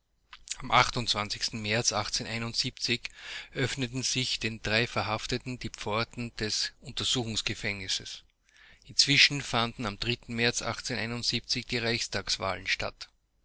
am märz öffneten sich den drei verhafteten die pforten des untersuchungsgefängnisses inzwischen fanden am märz